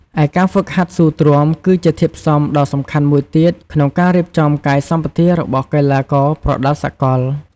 ឯការហ្វឹកហាត់ស៊ូទ្រាំ គឺជាធាតុផ្សំដ៏សំខាន់មួយទៀតក្នុងការរៀបចំកាយសម្បទារបស់កីឡាករប្រដាល់សកល។